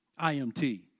IMT